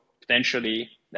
potentially